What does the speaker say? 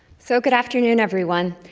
so, good afternoon, everyone!